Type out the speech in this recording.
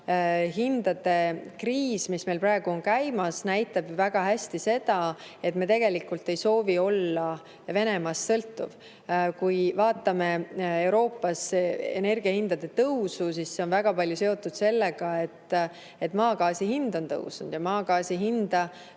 energiahindade kriis, mis meil praegu on käimas, näitab väga hästi seda, et me tegelikult ei soovi olla Venemaast sõltuv. Kui vaatame Euroopas energiahindade tõusu, siis see on väga palju seotud sellega, et maagaasi hind on tõusnud. Maagaasi hinda